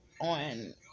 on